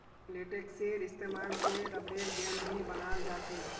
लेटेक्सेर इस्तेमाल से रबरेर गेंद भी बनाल जा छे